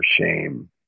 shame